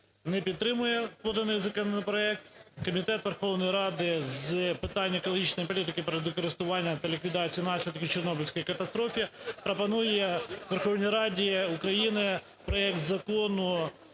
не підтримує поданий законопроект. Комітет Верховної Ради з питань екологічної політики, природокористування та ліквідації наслідків Чорнобильської катастрофи пропонує Верховній Раді України проект Закону